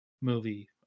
movie